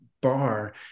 bar